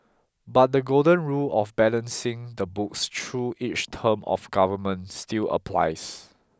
but the golden rule of balancing the books through each term of government still applies